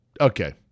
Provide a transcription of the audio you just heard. okay